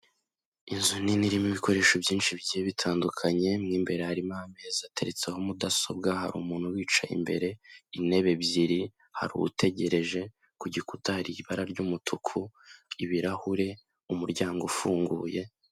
Inzu nini irimo ibikoresho byinshi bigiye bitandukanye, mu imbere harimo ameza ateretseho mudasobwa, hari umuntu wicaye imbere, intebe ebyiri hari utegereje, ku gikuta hari ibara ry'umutuku, ibirahure, umuryango ufunguye.